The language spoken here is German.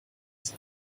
sein